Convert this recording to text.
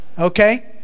okay